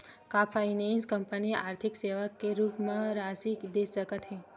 का finance company आर्थिक सेवा के रूप म राशि दे सकत हे?